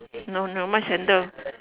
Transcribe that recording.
no no mine sandal